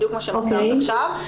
בדיוק מה שהזכרת עכשיו.